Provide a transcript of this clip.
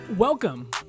Welcome